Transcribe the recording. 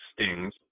stings